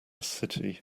city